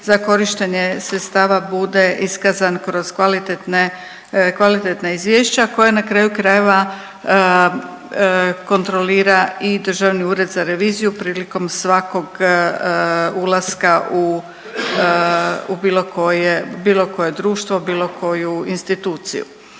za korištenje sredstva bude iskazan kroz kvalitetne, kvalitetna izvješća koja na kraju krajeva kontrolira i Državni ured za reviziju prilikom svakom ulaska u, u bilo koje, u bilo koje društvo i u bilo koju instituciju.